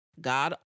God